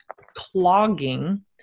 clogging